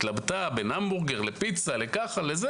התלבטה בין המבורגר לפיצה ודברים אחרים.